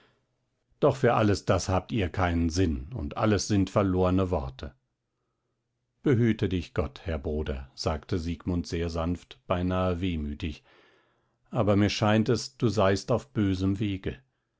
doch für alles das habt ihr keinen sinn und alles sind verlorne worte behüte dich gott herr bruder sagte siegmund sehr sanft beinahe wehmütig aber mir scheint es du seist auf bösem wege